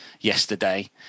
yesterday